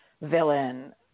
villain